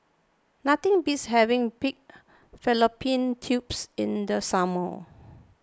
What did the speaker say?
nothing beats having Pig Fallopian Tubes in the summer